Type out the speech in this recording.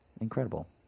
Incredible